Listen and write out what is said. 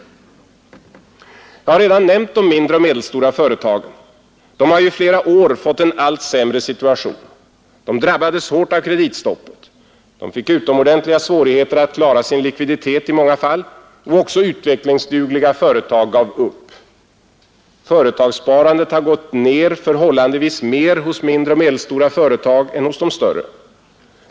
Jag har redan nämnt de mindre och medelstora företagen. De har i flera år fått en allt sämre situation. De drabbades hårt av kreditstoppet. De fick i många fall utomordentliga svårigheter att klara sin likviditet och också utvecklingsdugliga företag gav upp. Företagssparandet har gått ner förhållandevis mer i mindre och medelstora företag än i större.